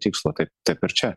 tikslo kad taip ir čia